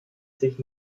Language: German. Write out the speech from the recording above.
sich